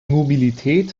mobilität